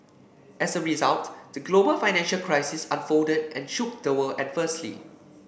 as a result the global financial crisis unfolded and shook the world adversely